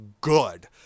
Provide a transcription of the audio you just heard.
good